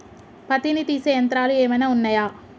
పత్తిని తీసే యంత్రాలు ఏమైనా ఉన్నయా?